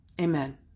Amen